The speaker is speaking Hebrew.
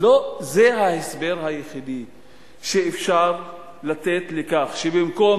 לא זה ההסבר היחיד שאפשר לתת לכך שבמקום